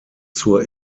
zur